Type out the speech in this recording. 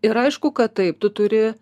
ir aišku kad taip tu turi